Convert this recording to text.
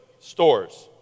stores